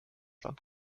land